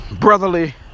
brotherly